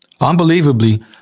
Unbelievably